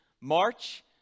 March